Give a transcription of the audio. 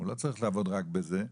והוא לא צריך לעבוד רק בזה,